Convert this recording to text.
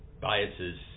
biases